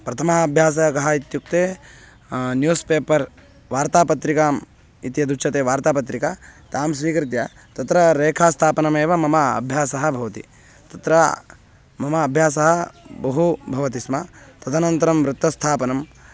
प्रथमः अभ्यासः कः इत्युक्ते न्यूस् पेपर् वार्तापत्रिका इति यदुच्यते वार्तापत्रिका तां स्वीकृत्य तत्र रेखास्थापनमेव मम अभ्यासः भवति तत्र मम अभ्यासः बहु भवति स्म तदनन्तरं वृत्तस्थापनं